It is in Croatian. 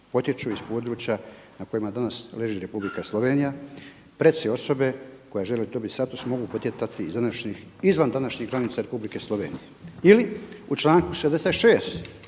potječu iz područja na kojima danas leži Republika Slovenije, preci osobe koja želi dobiti status mogu potjecati izvan današnjih granica Republike Slovenije“ ili u članku 66.